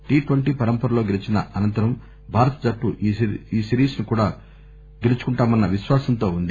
tea twenty పరంపరలో గెలీచిన అనంతరం భారత జట్టు ఈ సిరీస్ ను కూడా గెలుచుకుంటామన్న విశ్వాసంతో ఉంది